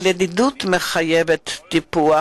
אבל ידידוּת מחייבת טיפוח,